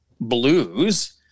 blues